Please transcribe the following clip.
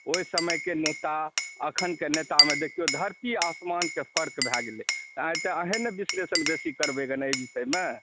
ओहि समयके नेता आ अखनके नेतामे देखियौ धरती आसमानके फर्क भय गेलै आइ तऽ अहीं ने बेसी विश्लेषण करबै एहि विषयमे